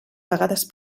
vegades